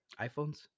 iphones